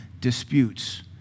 disputes